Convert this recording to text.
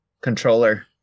controller